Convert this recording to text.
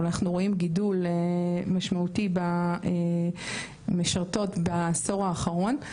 אבל אנחנו רואים גידול משמעותי במשרתות בעשור האחרון,